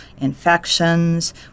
infections